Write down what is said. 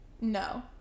No